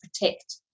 protect